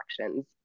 actions